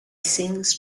sings